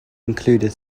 included